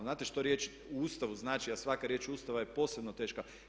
Znate što riječ u Ustavu znači a svaka riječ Ustava je posebno teška.